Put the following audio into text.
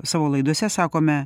savo laidose sakome